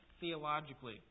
theologically